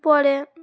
পরে